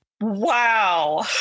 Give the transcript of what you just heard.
Wow